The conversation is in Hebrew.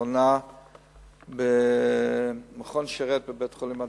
לאחרונה ביקרתי פעמיים במכון "שרת" בבית-החולים "הדסה".